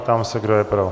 Ptám se, kdo je pro.